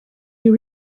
you